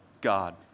God